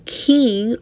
king